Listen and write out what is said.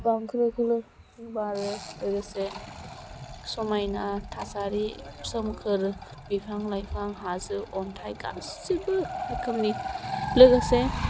बार खोलो खोलो बारो लोगोसे समायना थासारि सोमखोर बिफां लाइफां हाजो अन्थाय गासिबो रोखोमनि लोगोसे